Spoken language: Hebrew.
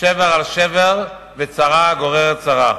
"שבר על שבר", וצרה גוררת צרה.